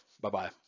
bye-bye